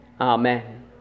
amen